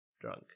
drunk